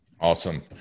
Awesome